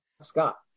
Scott